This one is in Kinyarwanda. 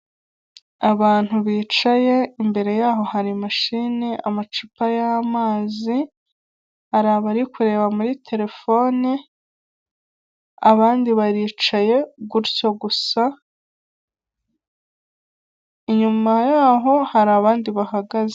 Aya n'ameza ari mu nzu, bigaragara ko aya meza ari ayokuriho arimo n'intebe nazo zibaje mu biti ariko aho bicarira hariho imisego.